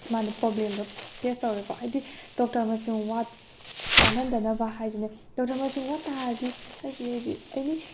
ꯃꯥꯅ ꯄ꯭ꯔꯣꯕ꯭ꯂꯦꯝꯗꯣ ꯐꯦꯁ ꯇꯧꯔꯦꯀꯣ ꯍꯥꯏꯗꯤ ꯗꯣꯛꯇꯔ ꯃꯁꯤꯡ ꯋꯥꯠꯍꯟꯗꯅꯕ ꯍꯥꯏꯁꯤꯅ ꯗꯣꯛꯇꯔ ꯃꯁꯤꯡ ꯋꯥꯠꯇꯥꯔꯗꯤ ꯍꯥꯏꯗꯤ ꯍꯥꯏꯗꯤ ꯑꯦꯅꯤ